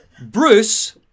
Bruce